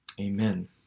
Amen